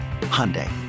hyundai